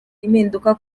impinduka